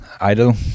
idle